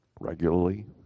regularly